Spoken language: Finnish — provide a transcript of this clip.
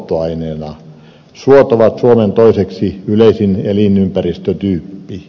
suot ovat suomen toiseksi yleisin elinympäristötyyppi